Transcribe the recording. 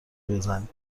بزنی